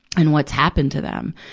and what's happened to them.